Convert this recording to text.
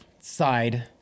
side